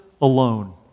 alone